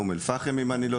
באום אל-פחם, אם אני לא